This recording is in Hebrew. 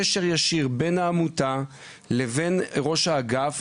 הצלחנו להגיע לקשר ישיר שמתקיים בין ראש העמותה לראש האגף,